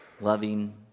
loving